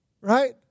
right